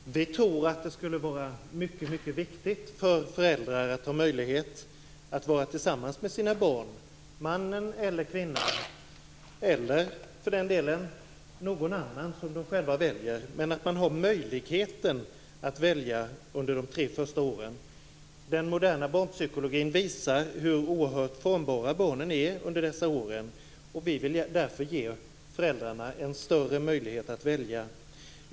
Fru talman! Vi tror att det skulle vara mycket viktigt för föräldrar att ha möjlighet att vara tillsammans med sina barn. Det gäller mannen eller kvinnan, eller för den delen någon annan som de själva väljer. Man skall ha möjligheten att välja under de tre första åren. Den moderna barnpsykologin visar hur oerhört formbara barnen är under dessa år. Vi vill därför ge föräldrarna en större möjlighet att välja.